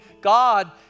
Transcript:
God